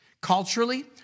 Culturally